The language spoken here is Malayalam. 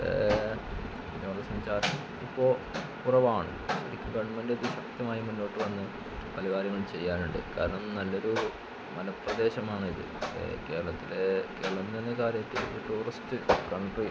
ടൂറിസം ഇപ്പോള് കുറവാണ് ഗവൺമെൻറ്റത് ശക്തമായി മുന്നോട്ട് വന്ന് പല കാര്യങ്ങളും ചെയ്യാനുണ്ട് കാരണം നല്ലൊരു മല പ്രദേശമാണിത് കേരളത്തിലെ കേരളത്തിൽ നിന്ന് കാര്യമായിട്ട് ടൂറിസ്റ്റ് കൺട്രി